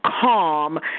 calm